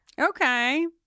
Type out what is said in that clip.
Okay